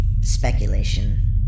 speculation